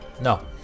No